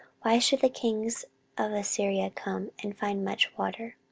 why should the kings of assyria come, and find much water?